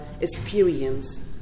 experience